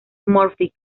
murphy